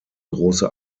große